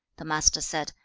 the master said,